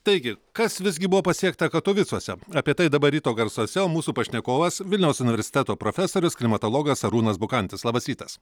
taigi kas visgi buvo pasiekta katovicuose apie tai dabar ryto garsuose mūsų pašnekovas vilniaus universiteto profesorius klimatologas arūnas bukantis labas rytas